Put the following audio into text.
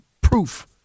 proof